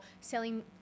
selling